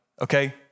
okay